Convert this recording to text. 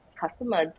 customer